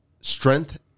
Strength